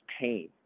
pain